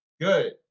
Good